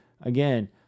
again